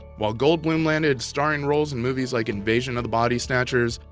while goldblum landed starring roles in movies like invasion of the body snatchers,